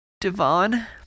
Devon